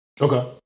Okay